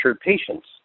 patients